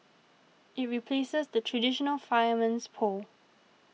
it replaces the traditional fireman's pole